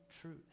truth